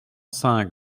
cinq